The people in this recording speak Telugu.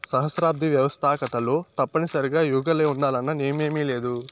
సహస్రాబ్ది వ్యవస్తాకతలో తప్పనిసరిగా యువకులే ఉండాలన్న నియమేమీలేదు